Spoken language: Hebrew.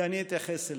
ואני אתייחס אליה,